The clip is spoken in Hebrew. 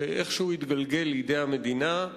שאיכשהו התגלגל לידי המדינה,